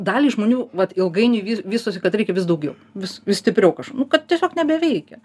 daliai žmonių vat ilgainiui vy vystosi kad reikia vis daugiau vis vis stipriau kaž nu kad tiesiog nebeveikia